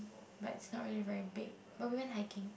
but it's not really very big but we went hiking